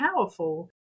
powerful